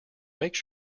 make